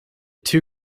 two